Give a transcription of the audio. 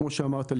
כמו שאמרת,